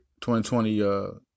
2020 –